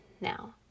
Now